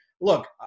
Look